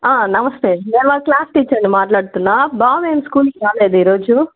ఆ నమస్తే నేను వాళ్ళ క్లాస్ టీచర్ని మాట్లాడుతున్న బాబు ఏమి స్కూల్కి రాలేదు ఈ రోజు